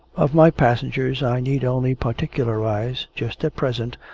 of my passengers, i need only particularise, just at present,